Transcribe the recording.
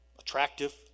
attractive